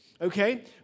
okay